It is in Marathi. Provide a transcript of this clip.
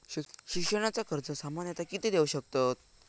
शिक्षणाचा कर्ज सामन्यता किती देऊ शकतत?